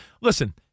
listen